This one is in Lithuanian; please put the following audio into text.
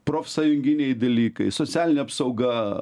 profsąjunginiai dalykai socialinė apsauga